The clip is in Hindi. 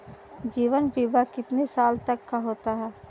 जीवन बीमा कितने साल तक का होता है?